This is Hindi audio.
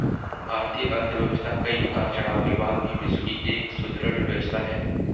भारतीय अर्थव्यवस्था कई उतार चढ़ाव के बाद भी विश्व की एक सुदृढ़ व्यवस्था है